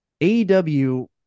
AEW